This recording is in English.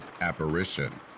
apparition